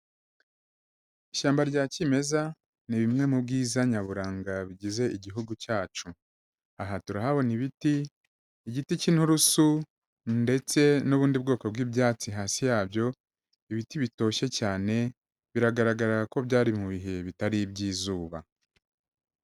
Ishyamba rya cyimeza ni bimwe mubwi nyaburanga bigize Igihugu cyacu. Aha turahabona ibiti, igiti cy'inturusu, ndetse n'ubundi bwoko bw'ibyatsi hasi yabyo, ibiti bitoshye cyane, biragaragara ko byari mu bihe bitari iby'izuba.